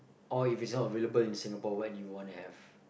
or if it's not available in Singapore what do you want to have